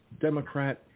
Democrat